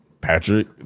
patrick